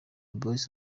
boyz